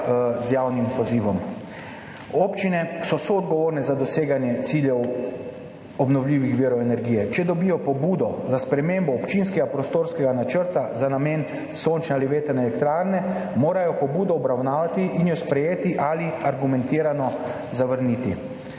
z javnim pozivom. Občine so soodgovorne za doseganje ciljev obnovljivih virov energije. Če dobijo pobudo za spremembo občinskega prostorskega načrta za namen sončne ali vetrne elektrarne, morajo pobudo obravnavati in jo sprejeti ali argumentirano zavrniti.